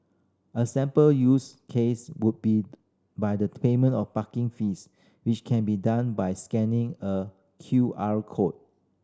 a sample use case would be by the payment of parking fees which can be done by scanning a Q R code